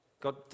God